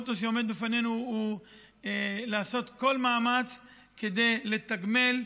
לפנינו הוא לעשות כל מאמץ כדי לתגמל,